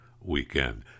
weekend